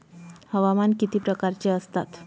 हवामान किती प्रकारचे असतात?